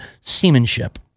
seamanship